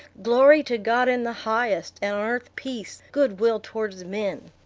glory to god in the highest, and on earth peace, good-will towards men!